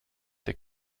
der